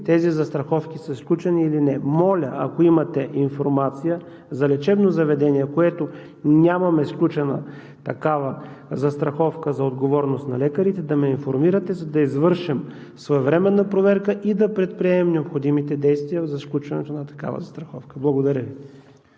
тези застраховки са сключени или не. Моля, ако имате информация за лечебно заведение, в което нямаме сключена такава застраховка за отговорност на лекарите, да ме информирате, за да извършим своевременна проверка и да предприемем необходимите действия за сключването на такава застраховка. Благодаря Ви.